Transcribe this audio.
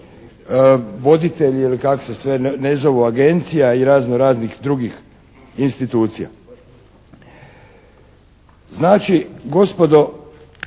voditelji ili kako se sve ne zovu agencija i razno raznih drugih institucija. Znači, gospodo